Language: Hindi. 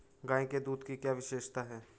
गाय के दूध की क्या विशेषता है?